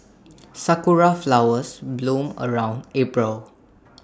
Sakura Flowers bloom around April